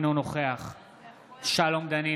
אינו נוכח שלום דנינו,